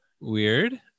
weird